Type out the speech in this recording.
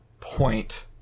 point